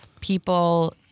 people